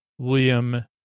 Liam